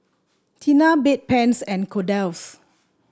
Tena Bedpans and Kordel's